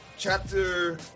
Chapter